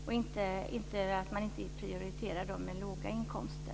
Man kommer inte att prioritera dem med låga inkomster.